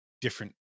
different